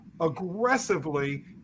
aggressively